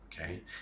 okay